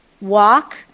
walk